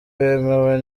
wemewe